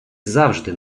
завжди